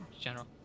general